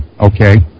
okay